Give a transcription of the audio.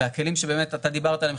והכלים שאתה דיברת עליהם,